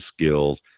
skills